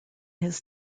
his